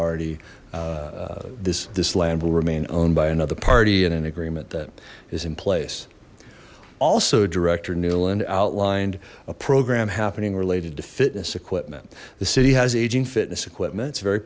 already this this land will remain owned by another party and an agreement that is in place also director newland outlined a program happening related to fitness equipment the city has aging fitness equipment